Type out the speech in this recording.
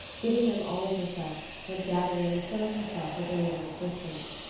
giving them all of herself, and gathering and filling herself with their young existence.